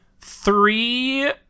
Three